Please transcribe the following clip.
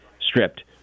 stripped